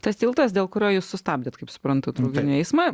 tas tiltas dėl kurio jūs sustabdėt kaip suprantu traukinių eismą